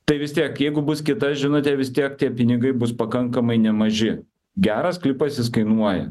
tai vis tiek jeigu bus kita žinutė vis tiek tie pinigai bus pakankamai nemaži geras klipas jis kainuoja